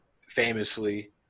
famously